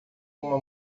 uma